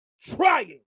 trying